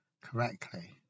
correctly